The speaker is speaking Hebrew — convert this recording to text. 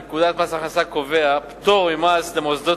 לפקודת מס הכנסה קובע פטור ממס למוסדות